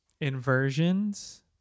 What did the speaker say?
inversions